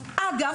דרך אגב,